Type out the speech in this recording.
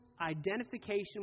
identification